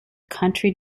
country